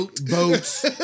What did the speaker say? boats